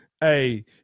Hey